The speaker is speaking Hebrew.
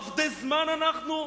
עבדי זמן אנחנו?